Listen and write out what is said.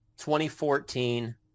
2014